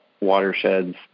watersheds